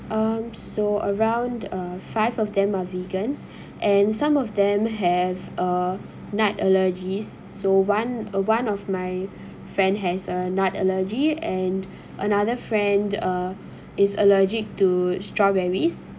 um so around uh five of them are vegans and some of them have uh nut allergies so one one of my friend has uh nut allergy and another friend uh is allergic to strawberries